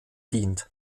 dient